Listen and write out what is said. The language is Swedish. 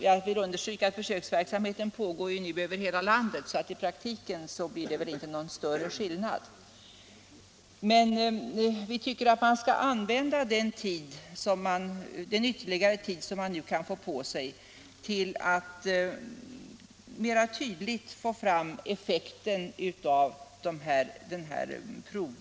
Jag vill understryka att försöksverksamheten nu pågår över hela landet, så det blir inte någon större skillnad i praktiken. Vi tycker att man skall använda — Nr 49 den ytterligare tid som man nu kan få på sig till att försöka mera tydligt Fredagen den få fram effekterna av verksamheten med alkoholutandningsprov.